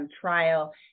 trial